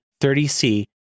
30C